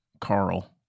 Carl